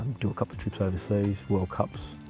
do a couple of trips over seas, world cups.